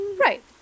Right